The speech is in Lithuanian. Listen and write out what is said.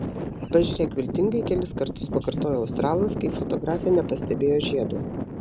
pažiūrėk viltingai kelis kartus pakartojo australas kai fotografė nepastebėjo žiedo